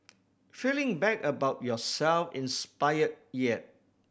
feeling bad about yourself inspired yet